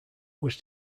was